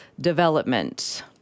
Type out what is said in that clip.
development